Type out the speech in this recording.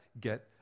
get